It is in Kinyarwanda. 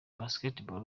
basketball